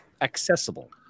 accessible